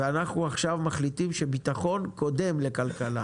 ואנחנו עכשיו מחליטים שביטחון קודם לכלכלה,